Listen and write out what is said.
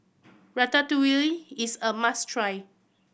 ratatouille is a must try